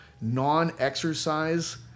non-exercise